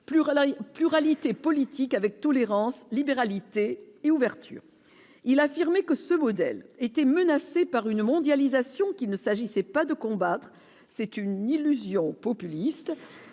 pluralité politique avec tolérance libéralités et ouverture, il a affirmé que ce modèle était menacée par une mondialisation qu'il ne s'agissait pas de combattre, c'est une illusion populiste